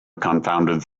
confounded